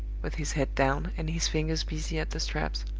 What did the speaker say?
with his head down, and his fingers busy at the straps.